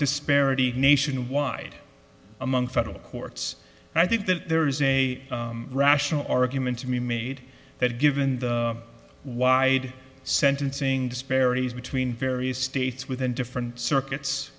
disparity nationwide among federal courts i think that there is a rational argument to be made that given the wide sentencing disparities between various states within different circuits